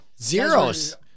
zeros